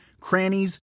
crannies